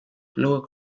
blow